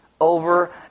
Over